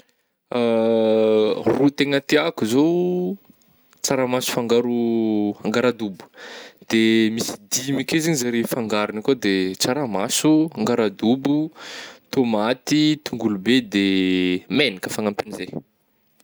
Ro tegna tiako zao, tsaramaso fangaro angaradobo de misy dimy akeo zegny zare fangarogny akeo de tsaramaso, angaradobo, tômaty, tongolo be de megnaka fagnampin'zay.